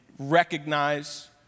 recognize